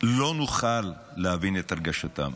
לא נוכל להבין את הרגשתם,